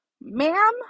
ma'am